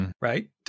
Right